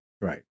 Right